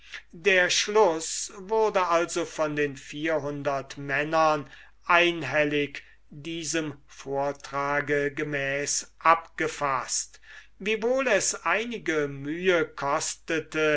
der schluß wurde also von den vierhundertmännern einhellig diesem vortrag gemäß abgefaßt wiewohl es einige mühe kostete